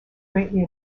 greatly